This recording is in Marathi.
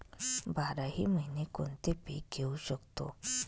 बाराही महिने कोणते पीक घेवू शकतो?